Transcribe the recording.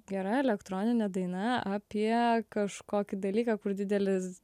gera elektroninė daina apie kažkokį dalyką kur didelis